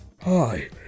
Hi